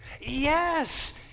Yes